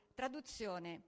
traduzione